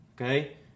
Okay